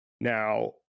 now